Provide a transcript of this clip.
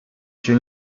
się